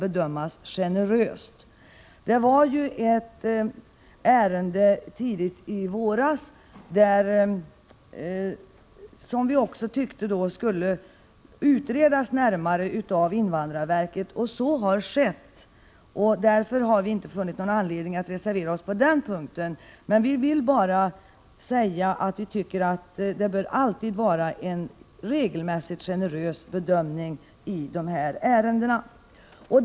Tidigt i våras diskuterade vi som bekant ett ärende, som vi tyckte skulle utredas närmare av invandrarverket, och så har skett. Därför har vi inte funnit anledning att reservera oss på den punkten. Vi vill med reservationen bara markera att vi anser att det regelmässigt skall ske en generös bedömning i de här ärendena.